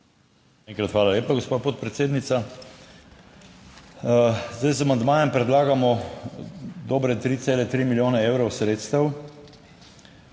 hvala lepa, gospa podpredsednica. Zdaj z amandmajem predlagamo dobre 3,3 milijone evrov sredstev.